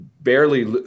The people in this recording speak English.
barely